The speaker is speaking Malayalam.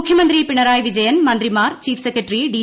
മുഖ്യമന്ത്രി പിണറായി വിജയൻ മന്ത്രിമാർ ചീഫ് സെക്രട്ടറി ഡി